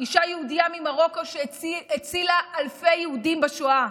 אישה יהודייה ממרוקו שהצילה אלפי יהודים בשואה,